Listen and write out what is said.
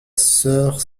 sœur